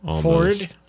Ford